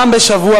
פעם בשבוע,